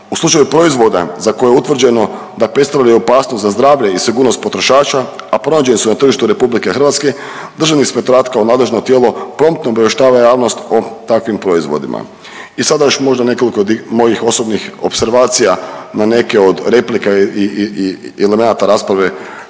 U slučaju proizvoda za koje je utvrđeno da predstavljaju opasnost za zdravlje i sigurnost potrošača, a pronađeni su na tržištu RH, državni inspektorat kao nadležno tijelo promptno obavještava javnost o takvim proizvodima. I sada još možda nekoliko mojim osobnih opservacija na neke od replika i elemenata rasprave